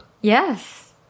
Yes